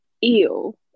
ew